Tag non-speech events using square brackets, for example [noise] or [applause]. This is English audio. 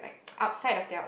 [breath]